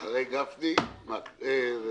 אחרי גפני כבל.